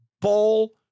Bowl